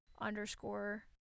underscore